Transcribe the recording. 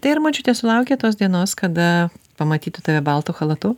tai ar močiutė sulaukė tos dienos kada pamatytų tave baltu chalatu